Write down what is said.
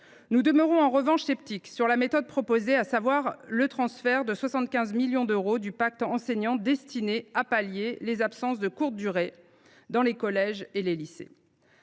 Nous demeurons sceptiques, en revanche, sur la méthode proposée, à savoir le transfert de 75 millions d’euros du pacte enseignant destiné à pallier les absences de courte durée dans les collèges et les lycées.